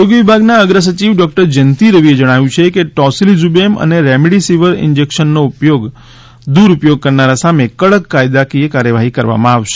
આરોગ્ય વિભાગના અગ્રસચિવ ડોક્ટર જયંતિ રવીએ જણાવ્યું છે કે ટોસીલીઝ઼મેબ અને રેમેડેસિવિર ઇન્જેકશનનો દુરુઉપયોગ કરનારાઓ સામે કડક કાયદાકીય કાર્યવાહી કરવામાં આવશે